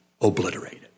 obliterated